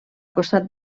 costat